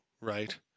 right